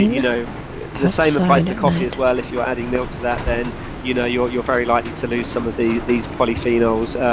you know the same applies to coffee as well, if you're adding milk to that, then you know you're you're very likely to lose some of these polyphenols.